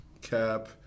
Cap